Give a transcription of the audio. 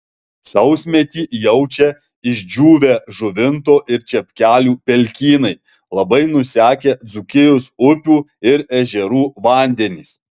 sausmetį jaučia išdžiūvę žuvinto ir čepkelių pelkynai labai nusekę dzūkijos upių ir ežerų vandenys